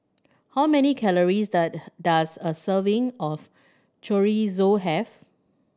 how many calories does a serving of Chorizo have